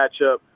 matchup